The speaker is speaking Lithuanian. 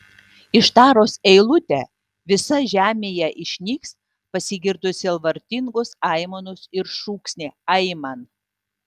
ištarus eilutę visa žemėje išnyks pasigirdo sielvartingos aimanos ir šūksniai aiman